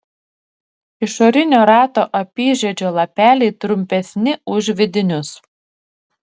išorinio rato apyžiedžio lapeliai trumpesni už vidinius